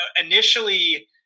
initially